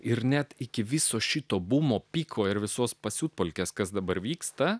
ir net iki viso šito bumo pyko ir visos pasiutpolkes kas dabar vyksta